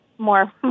more